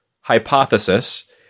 hypothesis